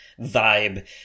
vibe